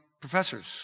professors